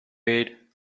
bade